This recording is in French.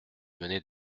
mener